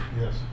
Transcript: Yes